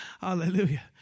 Hallelujah